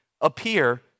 appear